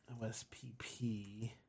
OSPP